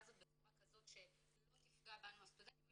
הזאת בצורה שלא תיפגע בנו הסטודנטים,